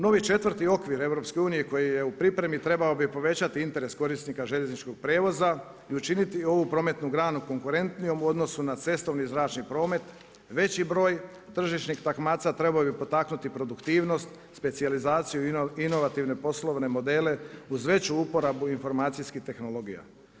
Novi četvrti okvir EU koji je u pripremi trebao bi povećati interes korisnika željezničkog prijevoza i učiniti ovu prometnu granu konkurentnijom u odnosu na cestovni i zračni promet, veći broj tržišnih takmaca trebao bi potaknuti produktivnost, specijalizaciju i inovativne poslovne modele uz veću uporabu informacijskih tehnologija.